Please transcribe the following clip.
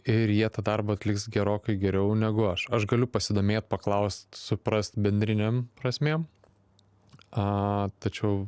ir jie tą darbą atliks gerokai geriau negu aš aš galiu pasidomėt paklaust suprast bendrinėm prasmėm a tačiau